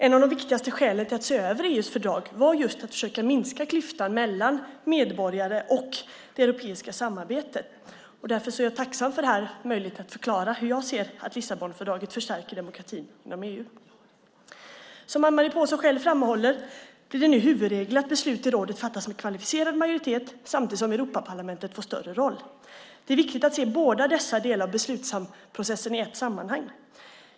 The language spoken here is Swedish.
Ett av de viktigaste skälen till att se över EU:s fördrag, var just att försöka minska klyftan mellan medborgarna och det europeiska samarbetet. Jag är därför tacksam för den här möjligheten att förklara hur jag ser att Lissabonfördraget förstärker demokratin inom EU. Som Anne-Marie Pålsson själv framhåller blir det nu huvudregel att beslut i rådet fattas med kvalificerad majoritet, samtidigt som Europaparlamentet får en större roll. Det är viktigt att se dessa båda delar av beslutsprocessen i ett sammanhang.